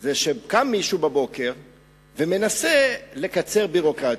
זה שקם מישהו בבוקר ומנסה לקצר ביורוקרטיות,